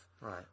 Right